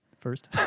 first